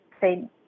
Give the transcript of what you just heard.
say